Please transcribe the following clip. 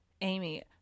Amy